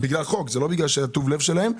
בגלל חוק ולא טוב הלב שלהם,